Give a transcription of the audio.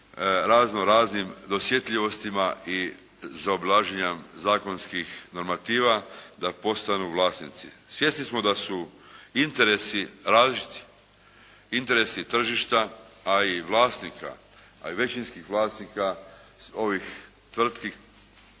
razno-raznim dosjetljivostima i zaobilaženjem zakonskih normativa da postanu vlasnici. Svjesni smo da su interesi različiti. Interesi tržišta a i vlasnika, pa i većinskih vlasnika ovih tvrtki